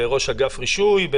בראש אגף רישוי?